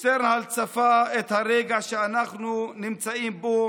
שטרנהל צפה את הרגע שאנחנו נמצאים בו